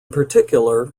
particular